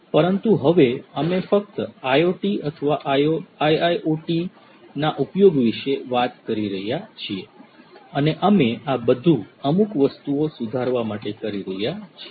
પરંતુ હવે અમે ફક્ત IoT અથવા IIoT સોલ્યુશન્સ ના ઉપયોગ વિશે વાત કરી રહ્યા છીએ અને અમે આ બધું અમુક વસ્તુઓ સુધારવા માટે કરી રહ્યા છીએ